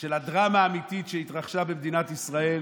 של הדרמה האמיתית שהתרחשה במדינת ישראל,